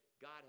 God